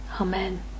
Amen